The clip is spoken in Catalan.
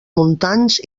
muntants